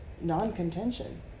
non-contention